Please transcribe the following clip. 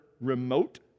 remote